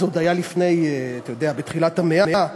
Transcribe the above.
זה עוד היה לפני, אתה יודע, בתחילת המאה,